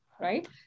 right